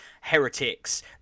heretics